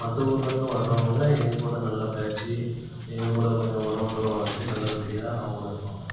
மற்ற ஊர்லந்து வர்றோங்க எங்கள் கூட நல்லா பேசி எங்கள் கூட கொஞ்ச உறவுகளை வளர்த்து நல்ல படியாக அவங்களும் இருப்பாங்க